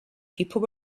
people